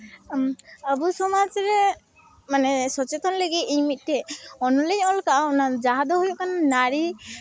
ᱟᱵᱚ ᱥᱚᱢᱟᱡᱽ ᱨᱮ ᱢᱟᱱᱮ ᱥᱚᱪᱮᱛᱚᱱ ᱞᱟᱹᱜᱤᱫ ᱤᱧ ᱢᱤᱫᱴᱤᱡ ᱚᱱᱚᱞ ᱤᱧ ᱚᱞ ᱠᱟᱜᱼᱟ ᱡᱟᱦᱟᱸ ᱫᱚ ᱦᱩᱭᱩᱜ ᱠᱟᱱᱟ ᱱᱟᱹᱨᱤ